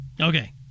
Okay